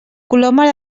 coloma